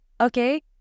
Okay